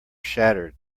shattered